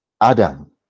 adam